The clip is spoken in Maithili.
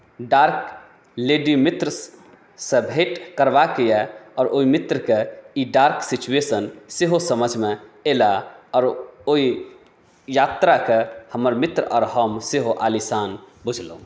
डार्क लेडी मित्रसँ भेँट करबाक यए आओर ओहि मित्रकेँ ई डार्क सिचुएशन सेहो समझमे अयलाह आओर ओहि यात्राकेँ हमर मित्र आओर हम सेहो आलिशान बुझलहुँ